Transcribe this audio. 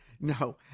No